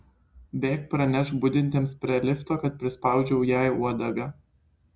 bėk pranešk budintiems prie lifto kad prispaudžiau jai uodegą